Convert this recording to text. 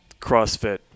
crossfit